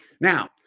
Now